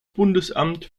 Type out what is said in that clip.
bundesamt